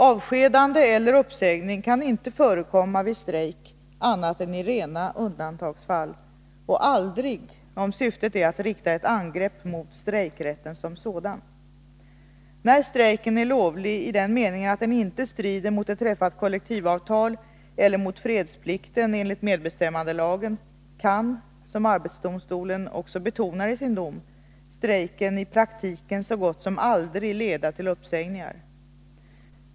Avskedande eller uppsägning kan inte förekomma vid strejk annat än i rena undantagsfall och aldrig om syftet är att rikta ett angrepp mot strejkrätten som sådan. När strejken är lovlig i den meningen att den inte strider mot ett träffat kollektivavtal eller mot fredsplikten enligt medbestämmandelagen kan, som arbetsdomstolen också betonar i sin dom, strejken i praktiken så gott som aldrig leda till uppsägningar.